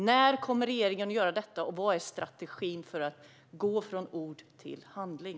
När kommer regeringen att göra detta, och vad är strategin för att gå från ord till handling?